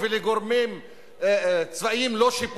הצעת חוק